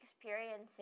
experiencing